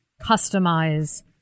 customize